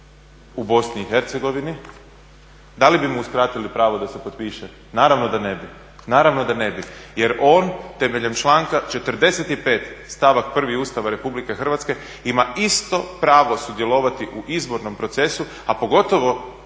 u Bosni i Hercegovini, da li bi mu uskratili pravo da se potpiše. Naravno da ne bi, jer on temeljem članka 45. stavak prvi Ustava Republike Hrvatske ima isto pravo sudjelovati u izbornom procesu, a pogotovo